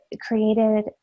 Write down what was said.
created